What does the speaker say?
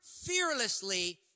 fearlessly